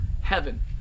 heaven